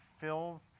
fills